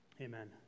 Amen